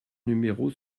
numéro